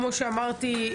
כמו שאמרתי,